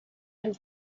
have